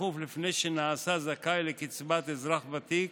בתכוף לפני שנעשה זכאי לקצבת אזרח ותיק,